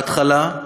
בהתחלה,